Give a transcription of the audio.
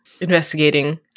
investigating